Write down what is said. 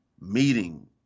meeting